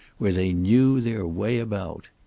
where they knew their way about.